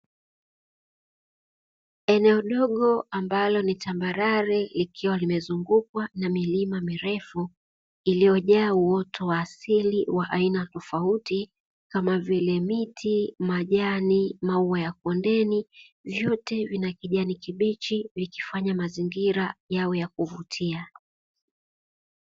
Eneo ndogo ambalo ni tambarare, likiwa limezungukwa na milima mirefu iliyojaa uoto wa asili wa aina tofauti, kama vile miti, majani, maua ya kondeni; vyote vina kijani kibichi vikifanya mazingira yawe ya kuvutia.